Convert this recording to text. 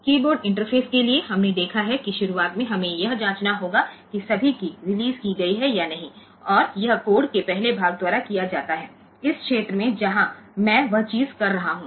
keyboard interface के लिए हमने देखा है कि शुरुआत में हमें यह जांचना होगा कि सभी कीय रिलीज़ की गई हैं या नहीं और यह कोड के पहले भाग द्वारा किया जाता है इस क्षेत्र में जहां मैं वह चीज कर रहा हूं